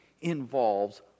involves